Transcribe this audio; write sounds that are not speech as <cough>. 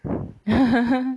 <breath> <laughs>